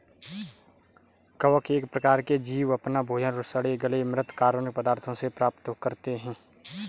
कवक एक प्रकार के जीव अपना भोजन सड़े गले म्रृत कार्बनिक पदार्थों से प्राप्त करते हैं